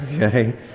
Okay